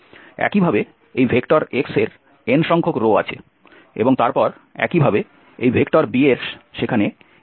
একইভাবে এই vector x এর n সংখ্যক রো আছে এবং তারপর একইভাবে এই ভেক্টর b এর সেখানে m সংখ্যক রো আছে